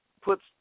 puts